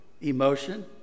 emotion